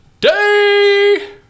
day